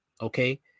okay